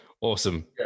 Awesome